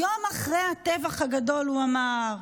יום אחרי הטבח הגדול הוא אמר: